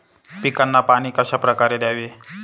पिकांना पाणी कशाप्रकारे द्यावे?